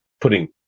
putting